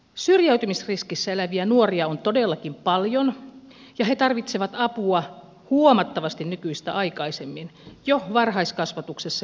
syrjäytymisriskissä eläviä nuoria on todellakin paljon ja he tarvitsevat apua huomattavasti nykyistä aikaisemmin jo varhaiskasvatuksessa ja alakoulussa